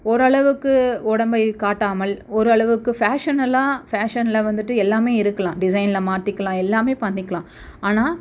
ஓரளவுக்கு உடம்ப காட்டாமல் ஓரளவுக்கு ஃபேஷன் எல்லாம் ஃபேஷனில் வந்துட்டு எல்லாமே இருக்கலாம் டிசைனில் மாற்றிக்கலாம் எல்லாமே பண்ணிக்கலாம் ஆனால்